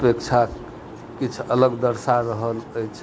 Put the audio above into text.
अपेक्षा किछु अलग दर्शा रहल अछि